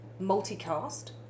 multicast